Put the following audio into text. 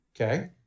okay